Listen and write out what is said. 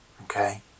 Okay